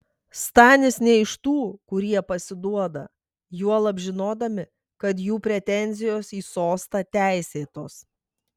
stanis ne iš tų kurie pasiduoda juolab žinodami kad jų pretenzijos į sostą teisėtos